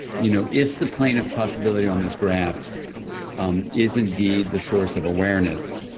you know if the plane of possibility on this graph um is indeed the source of awareness,